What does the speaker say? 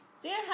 Dear